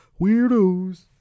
Weirdos